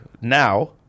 now